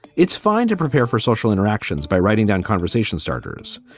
it's fine to prepare for social interactions by writing down conversation starters.